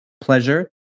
pleasure